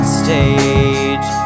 stage